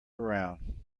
around